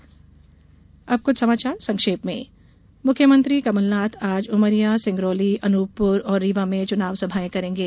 संक्षिप्त समाचार अब कुछ समाचार संक्षेप में मुख्यमंत्री कमलनाथ आज उमरिया सिंगरौली अनुपपूर और रीवा में चुनाव सभाएं करेंगे